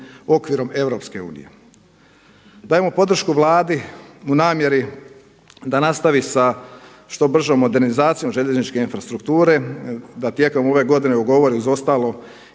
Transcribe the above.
okvirom EU. Dajemo podršku Vladi u namjeri da nastavi sa što bržom modernizacijom željezničke infrastrukture, da tijekom ove godine ugovori uz ostalo